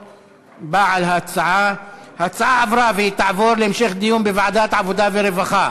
ההצעה התקבלה, והיא תעבור לוועדת העבודה והרווחה.